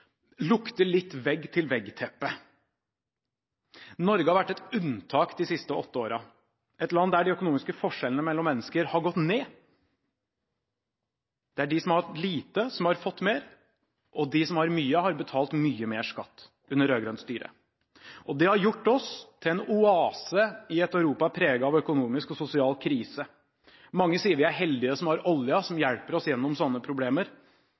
litt vegg-til-vegg-teppe. Norge har vært et unntak de siste åtte årene – et land der de økonomiske forskjellene mellom mennesker har gått ned. Det er de som har hatt lite, som har fått mer, og de som har mye, har betalt mye mer skatt under rød-grønt styre. Det har gjort oss til en oase i et Europa preget av økonomisk og sosial krise. Mange sier vi er heldige som har oljen som hjelper oss gjennom sånne problemer.